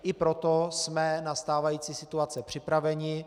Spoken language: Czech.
I proto jsme na stávající situaci připraveni.